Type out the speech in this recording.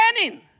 planning